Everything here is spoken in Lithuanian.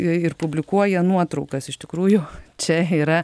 ir publikuoja nuotraukas iš tikrųjų čia yra